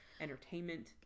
entertainment